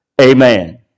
Amen